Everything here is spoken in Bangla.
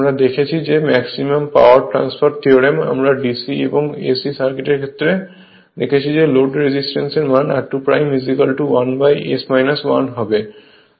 আমরা দেখেছি যে ম্যাক্সিমাম পাওয়ার ট্রান্সফার থিওরেম আমরা dc এবং ac সার্কিটের ক্ষেত্রে দেখেছি যে লোড রেজিস্ট্যান্স এর মান r2 1S 1 হবে